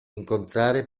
incontrare